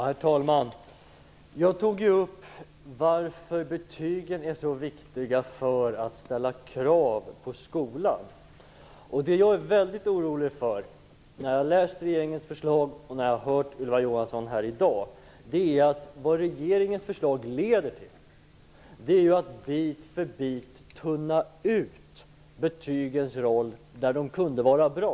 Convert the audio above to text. Herr talman! Jag tog upp frågan varför betygen är så viktiga när det gäller att ställa krav på skolan. Det jag har blivit väldigt orolig för när jag har läst regeringens förslag och när jag har hört Ylva Johansson här i dag är att regeringens förslag leder till att bit för bit tunna ut betygens roll där de kunde vara bra.